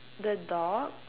the dog